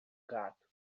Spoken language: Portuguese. gato